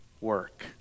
work